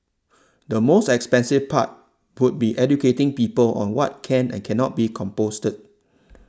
the most expensive part would be educating people on what can and cannot be composted